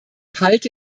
halte